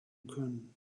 können